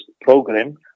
program